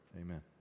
amen